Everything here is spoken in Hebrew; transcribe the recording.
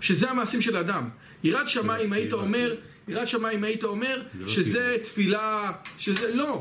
שזה המעשים של האדם יראת שמיים היית אומר, יראת שמיים היית אומר שזה תפילה... שזה לא